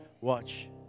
watch